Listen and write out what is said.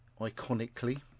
iconically